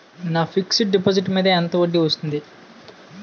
నా fixed deposit మీద ఎంత వడ్డీ వస్తుంది?